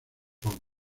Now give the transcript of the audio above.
cobre